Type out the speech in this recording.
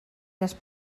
les